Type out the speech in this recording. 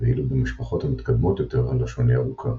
ואילו במשפחות המתקדמות יותר הלשון היא ארוכה.